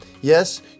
Yes